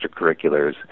extracurriculars